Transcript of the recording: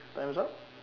time's up